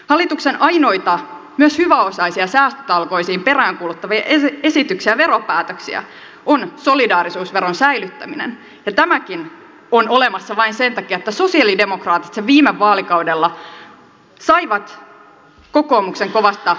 hallituksen ainoita myös hyväosaisia säästötalkoisiin peräänkuuluttavia esityksiä ja veropäätöksiä on solidaarisuusveron säilyttäminen ja tämäkin on olemassa vain sen takia että sosialidemokraatit sen viime vaalikaudella saivat kokoomuksen kovasta vastustuksesta huolimatta